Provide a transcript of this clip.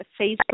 Facebook